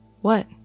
What